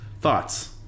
Thoughts